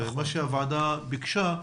ומה שהוועדה ביקשה,